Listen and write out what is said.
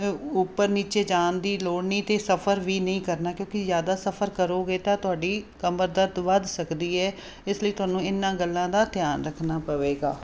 ਉਪਰ ਨੀਚੇ ਜਾਣ ਦੀ ਲੋੜ ਨਹੀਂ ਅਤੇ ਸਫਰ ਵੀ ਨਹੀਂ ਕਰਨਾ ਕਿਉਂਕਿ ਜ਼ਿਆਦਾ ਸਫਰ ਕਰੋਗੇ ਤਾਂ ਤੁਹਾਡੀ ਕਮਰ ਦਰਦ ਵੱਧ ਸਕਦੀ ਹੈ ਇਸ ਲਈ ਤੁਹਾਨੂੰ ਇਹਨਾਂ ਗੱਲਾਂ ਦਾ ਧਿਆਨ ਰੱਖਣਾ ਪਵੇਗਾ